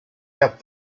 kept